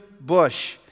bush